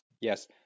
Yes